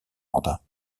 mandats